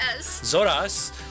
zoras